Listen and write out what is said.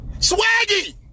Swaggy